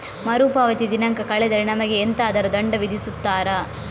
ಮರುಪಾವತಿ ದಿನಾಂಕ ಕಳೆದರೆ ನಮಗೆ ಎಂತಾದರು ದಂಡ ವಿಧಿಸುತ್ತಾರ?